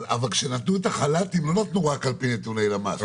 אבל כשנתנו את החל"תים לא נתנו רק על פי נתוני למ"ס.